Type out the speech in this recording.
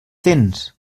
tens